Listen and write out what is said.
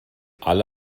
alle